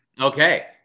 Okay